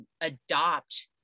adopt